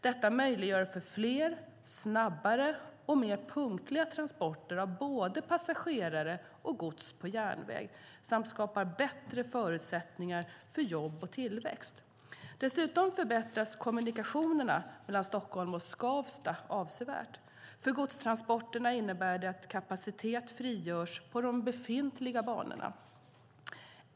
Detta möjliggör för fler, snabbare och mer punktliga transporter av både passagerare och gods på järnväg samt skapar bättre förutsättningar för jobb och tillväxt. Dessutom förbättras kommunikationerna mellan Stockholm och Skavsta avsevärt. För godstransporterna innebär det att kapacitet frigörs på de befintliga banorna.